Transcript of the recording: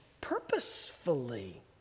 purposefully